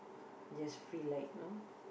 just free like you know